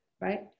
Right